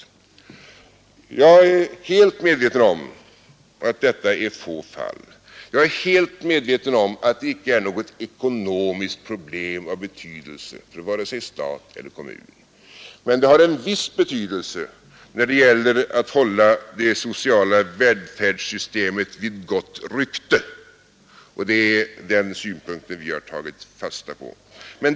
Jag är helt medveten om att detta gäller få fall och att de inte är något nämnvärt ekonomiskt problem för vare sig stat eller kommun. Men de har en viss betydelse för färdssystemet vid gott rykte — det är den att hålla det sociala vä synpunkten vi har tagit fasta på.